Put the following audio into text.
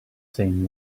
same